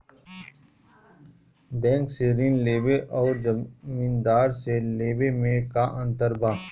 Bank से ऋण लेवे अउर जमींदार से लेवे मे का अंतर बा?